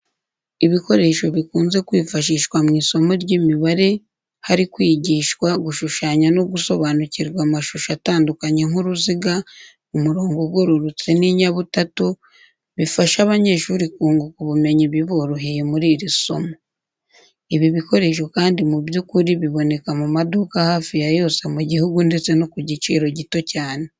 Ibikoresho bikunze kwifashishwa mu isomo ry'imibare hari kwigishwa gushushanya no gusobanukirwa mashusho atandukaniye nk'uruziga, umurongo ugororotse, n'inyabutatu, bifasha abanyeshuri kunguka ubumenyi biboroheye muri iri somo. Ibi bikoresho kandi mu by'ukuri biboneka mu maduka hafi ya yose mu gihugu ndetse ku giciro gito cyane.